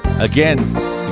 Again